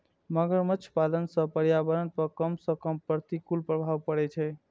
मगरमच्छ पालन सं पर्यावरण पर कम सं कम प्रतिकूल प्रभाव पड़ै छै